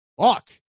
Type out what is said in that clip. fuck